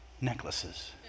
necklaces